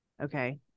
okay